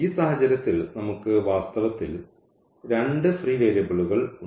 ഈ സാഹചര്യത്തിൽ നമുക്ക് വാസ്തവത്തിൽ രണ്ട് ഫ്രീ വേരിയബിളുകൾ ഉണ്ട്